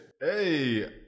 Hey